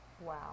Wow